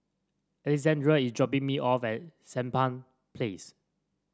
Alessandra is dropping me off at Sampan Place